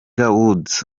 woods